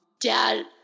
Dad